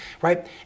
right